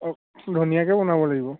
অঁ ধুনীয়াকৈ বনাব লাগিব